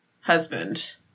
husband